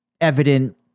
evident